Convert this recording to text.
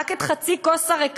רק את מחצית הכוס הריקה".